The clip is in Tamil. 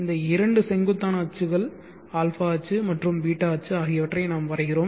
இந்த இரண்டு செங்குத்தான அச்சுகள் α அச்சு மற்றும் ß அச்சு ஆகியவற்றை நாம் வரைகிறோம்